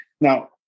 Now